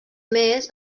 més